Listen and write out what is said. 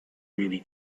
really